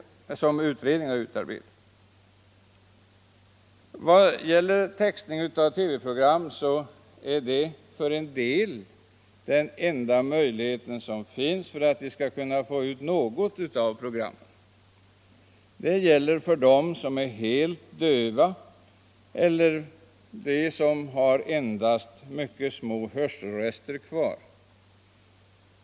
För en del är textning av TV-program den enda möjlighet som finns 161 Underlättande för vissa handikappade att ta del av Sveriges Radios programutbud för att de skall få ut något av värde av programmen. Det gäller dem som är helt döva eller som har endast små hörselrester kvar.